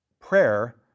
prayer